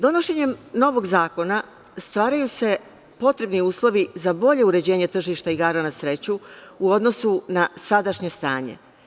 Donošenjem novog zakona stvaraju se potrebni uslovi za bolje uređenje tržišta igara na sreću u odnosu na sadašnje stanje.